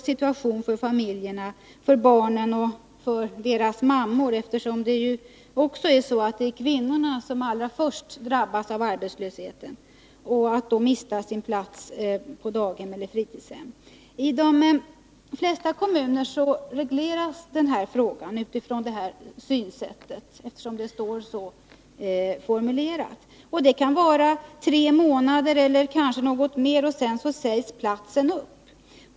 Situationen för familjen, för barnen och deras mammor — det är ju kvinnorna som allra först drabbas av arbetslösheten — försvåras ytterligare till följd av att de också mister platsen på daghemmet eller fritidshemmet. I de flesta kommuner regleras frågan om barnomsorgsplats utifrån detta synsätt, eftersom bestämmelserna är formulerade som de är. Det kan röra sig om tre månader eller kanske något längre tid, sedan sägs platsen upp.